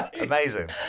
Amazing